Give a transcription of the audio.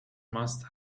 must